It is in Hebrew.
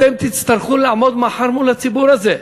אתם תצטרכו לעמוד מחר מול הציבור הזה.